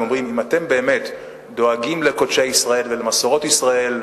הם אומרים: אם אתם באמת דואגים לקודשי ישראל ולמסורות ישראל,